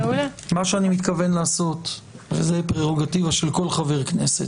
מה שאני מתכוון לעשות זה פרורגטיבה של כל חבר כנסת.